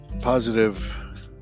positive